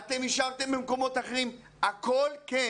אתם השארתם במקומות אחרים הכול, כן,